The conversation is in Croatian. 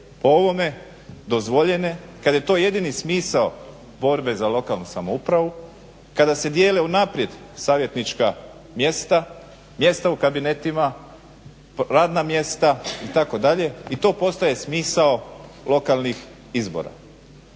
o ovome dozvoljene, kad je to jedini smisao borbe za lokalnu samoupravu, kada se dijele unaprijed savjetnička mjesta, mjesta u kabinetima, radna mjesta itd. i to postaje smisao lokalnih izbora.